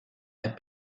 had